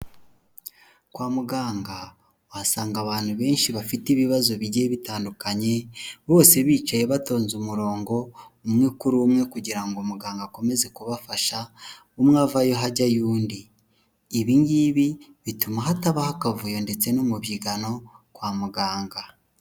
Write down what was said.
Kwa muganga wasanga abantu benshi bafite ibibazo bigiye bitandukanye bose bicaye batonze umurongo umwe kuri umwe kugira ngo muganga akomeze kubafasha, umwe avayo hajyayo undi ibi ngibi bituma hatabaho akavuyo ndetse n'umubyigano kwa muganga.